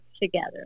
together